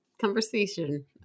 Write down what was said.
conversation